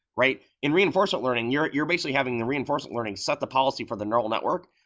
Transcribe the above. right? in reinforcement learning, you're you're basically having the reinforcement learning set the policy for the neural network,